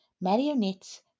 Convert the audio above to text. marionettes